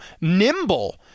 nimble